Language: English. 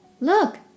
Look